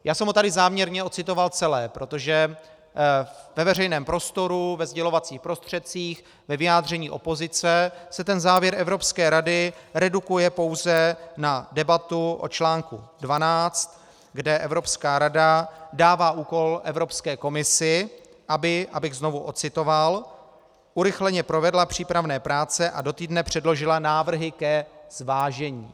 Já jsem ho tady záměrně ocitoval celý, protože ve veřejném prostoru, ve sdělovacích prostředcích, ve vyjádření opozice se ten závěr Evropské rady redukuje pouze na debatu o článku 12, kde Evropská rada dává úkol Evropské komisi, aby abych znovu ocitoval urychleně provedla přípravné práce a do týdne předložila návrhy ke zvážení.